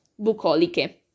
Bucoliche